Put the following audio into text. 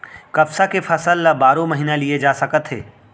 कपसा के फसल ल बारो महिना लिये जा सकत हे